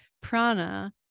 prana